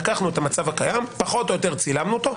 לקחנו את המצב הקיים, פחות או יותר צילמנו אותו.